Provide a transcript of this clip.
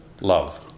love